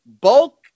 Bulk